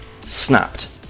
snapped